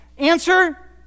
Answer